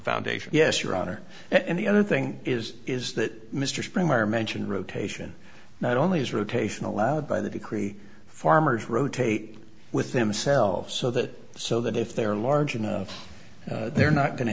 foundation yes your honor and the other thing is is that mr springmeier mentioned rotation not only is rotational allowed by the decree farmers rotate with themselves so that so that if they're large enough they're not going to